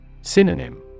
Synonym